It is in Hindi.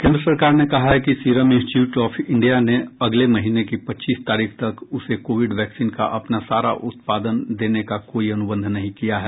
केन्द्र सरकार ने कहा है कि सीरम इंस्टीट्यूट ऑफ इंडिया ने अगले महीने की पच्चीस तारीख तक उसे कोविड वैक्सीन का अपना सारा उत्पादन देने का कोई अनुबंध नहीं किया है